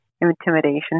intimidation